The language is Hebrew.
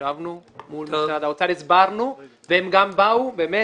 ישבנו מול משרד האוצר והסברנו והם גם באו באמת